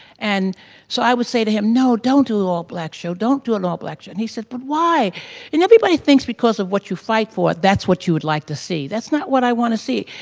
and so i would say to him no, don't do all black show, don't do an all back show and he said but why and everybody thinks because of what you fight for, that's what you would like to see. that's not what i want to see.